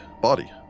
body